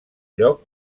lloc